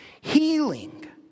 healing